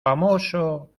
famoso